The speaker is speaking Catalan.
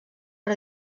per